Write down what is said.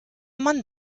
mann